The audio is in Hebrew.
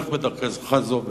לך בדרכך זו ותעז.